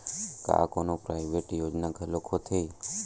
का कोनो प्राइवेट योजना घलोक होथे?